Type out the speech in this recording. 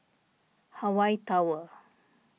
Hawaii Tower